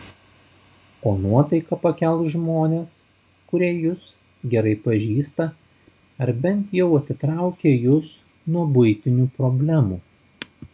o nuotaiką pakels žmonės kurie jus gerai pažįsta ar bent jau atitraukia jus nuo buitinių problemų